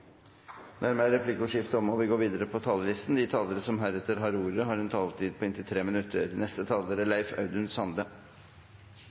Dermed er replikkordskiftet omme. De talere som heretter får ordet, har en taletid på inntil 3 minutter. I kapittel 4 i proposisjonen er